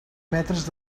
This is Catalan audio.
metres